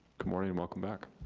good morning and welcome back.